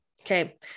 Okay